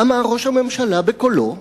אמר ראש הממשלה בקולו